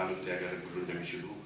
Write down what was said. i'm sure